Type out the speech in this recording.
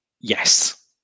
Yes